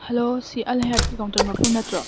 hello ꯁꯤ ꯑꯜꯍꯌꯥꯠꯀꯤ counter ꯃꯄꯨ ꯅꯠꯇ꯭ꯔꯣ